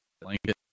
blanket